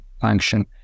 function